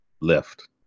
left